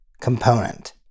component